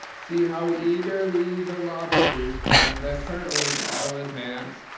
see how eagerly the lobsters and the turtles all advance!